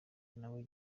nawe